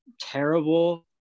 terrible